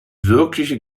wirkliche